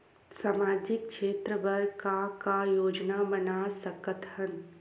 सामाजिक क्षेत्र बर का का योजना बना सकत हन?